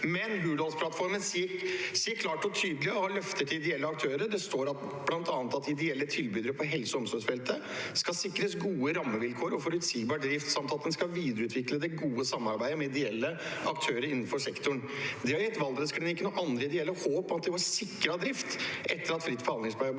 Men Hurdalsplattformen sier klart og tydelig, og har løfter til ideelle aktører, bl.a. at ideelle tilbydere på helse- og omsorgsfeltet skal sikres gode rammevilkår og forutsigbar drift, og at man skal videreutvikle det gode samarbeidet med ideelle aktører innenfor sektoren. Det har gitt Valdresklinikken og andre ideelle håp om at de var sikret drift etter at fritt behandlingsvalg